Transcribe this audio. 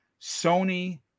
Sony